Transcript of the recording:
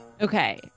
Okay